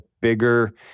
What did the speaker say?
bigger